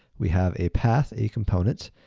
we have a path, a component,